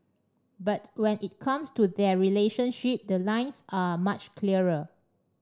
but when it comes to their relationship the lines are much clearer